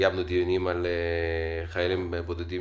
קיימנו דיונים על חיילים בודדים